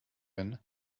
wenn